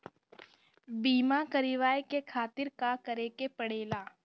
बीमा करेवाए के खातिर का करे के पड़ेला?